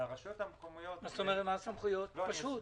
זה פשוט.